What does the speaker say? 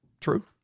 True